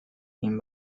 این